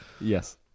Yes